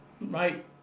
right